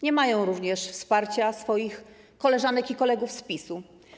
Nie mają również wsparcia swoich koleżanek i kolegów z PiS-u.